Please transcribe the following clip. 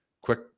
quick